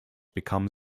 become